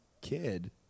kid